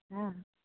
हँ